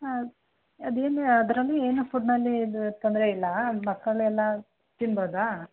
ಹಾಂ ಅದೇನು ಅದರಲ್ಲಿ ಏನು ಫುಡ್ದಿನಲ್ಲಿ ಏನು ತೊಂದರೆ ಇಲ್ಲ ಮಕ್ಕಳೆಲ್ಲ ತಿನ್ಬೌದಾ